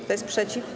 Kto jest przeciw?